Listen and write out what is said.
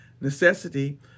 necessity